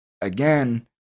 again